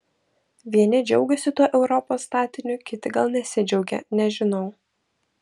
vieni džiaugiasi tuo europos statiniu kiti gal nesidžiaugia nežinau